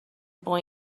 boy